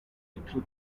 little